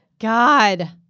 god